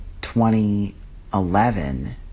2011